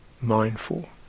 mindful